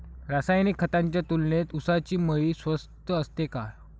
रासायनिक खतांच्या तुलनेत ऊसाची मळी स्वस्त असते का?